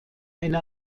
eine